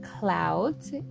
Clouds